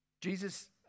Jesus